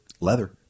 Leather